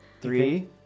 Three